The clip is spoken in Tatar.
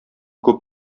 күп